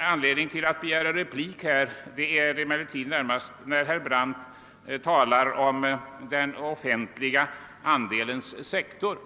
Anledningen till att jag begärde replik var herr Brandts uttalanden om den offentliga sektorn.